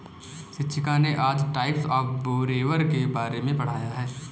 शिक्षिका ने आज टाइप्स ऑफ़ बोरोवर के बारे में पढ़ाया है